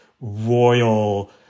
royal